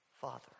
Father